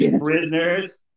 prisoners